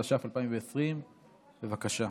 התש"ף 2020. בבקשה.